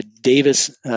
Davis –